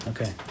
Okay